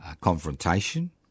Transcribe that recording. confrontation